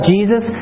Jesus